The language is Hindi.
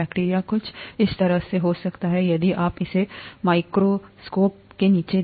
बैक्टीरिया यह कुछ इस तरह से हो सकता है यदि आप इसे माइक्रोस्कोप के नीचे देखते हैं